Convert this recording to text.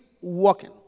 walking